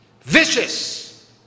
vicious